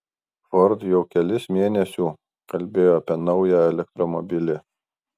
ford jau kelis mėnesiu kalbėjo apie naują elektromobilį